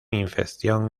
infección